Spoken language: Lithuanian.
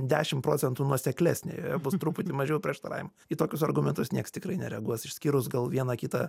dešim procentų nuoseklesnė bus truputį mažiau prieštaravimų į tokius argumentus nieks tikrai nereaguos išskyrus gal vieną kitą